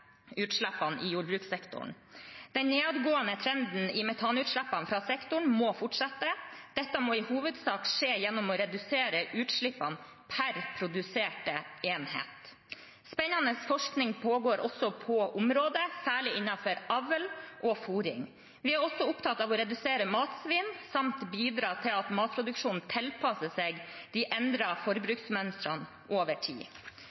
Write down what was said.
utslippene i jordbrukssektoren. Den nedadgående trenden i metanutslippene fra sektoren må fortsette. Dette må i hovedsak skje gjennom å redusere utslippene per produserte enhet. Spennende forskning pågår også på området, særlig innenfor avl og fôring. Vi er også opptatt av å redusere matsvinn samt bidra til at matproduksjonen tilpasser seg de endrede forbruksmønstrene over tid.